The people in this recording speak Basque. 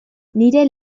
nire